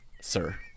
Sir